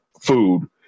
food